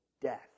death